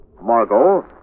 Margot